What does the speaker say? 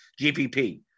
GPP